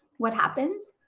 what happens?